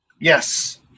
Yes